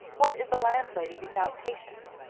what is a landlady without patience.